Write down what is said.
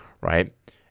Right